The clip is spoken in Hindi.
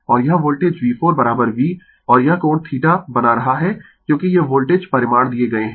और यह वोल्टेज V4 V और यह कोण थीटा बना रहा है क्योंकि ये वोल्टेज परिमाण दिए गए है